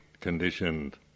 conditioned